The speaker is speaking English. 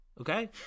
okay